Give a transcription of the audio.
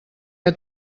que